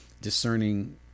discerning